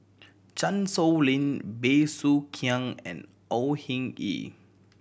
Chan Sow Lin Bey Soo Khiang and Au Hing Yee